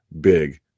big